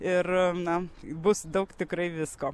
ir na bus daug tikrai visko